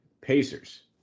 Pacers